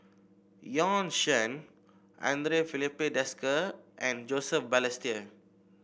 Bjorn Shen Andre Filipe Desker and Joseph Balestier